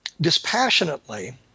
dispassionately